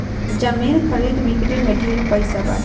जमीन खरीद बिक्री में ढेरे पैसा बाटे